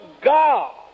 God